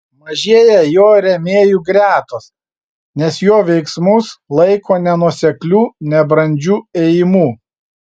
mažėja jo rėmėjų gretos nes jo veiksmus laiko nenuosekliu nebrandžiu ėjimu